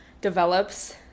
develops